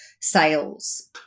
sales